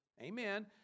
amen